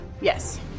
Yes